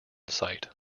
site